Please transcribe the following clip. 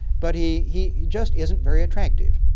but he he just isn't very attractive.